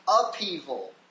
upheaval